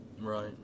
Right